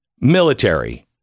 military